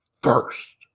first